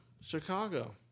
Chicago